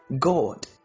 God